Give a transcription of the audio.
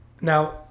Now